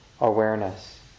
awareness